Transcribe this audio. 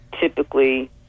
typically